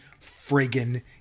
friggin